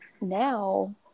now